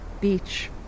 beach